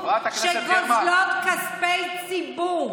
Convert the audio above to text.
שגוזלות כספי ציבור,